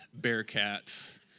bearcats